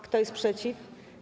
Kto jest przeciw?